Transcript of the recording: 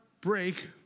break